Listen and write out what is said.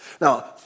Now